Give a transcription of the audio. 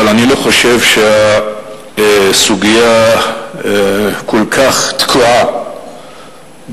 אבל אני לא חושב שהסוגיה כל כך תקועה במספרים,